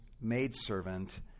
maidservant